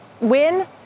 win